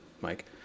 Mike